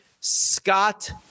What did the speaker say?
Scott